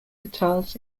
guitars